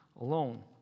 alone